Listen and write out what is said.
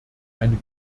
eine